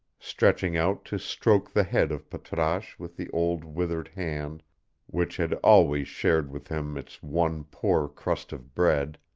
stretching out to stroke the head of patrasche with the old withered hand which had always shared with him its one poor crust of bread